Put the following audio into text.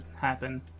happen